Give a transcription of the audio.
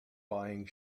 buying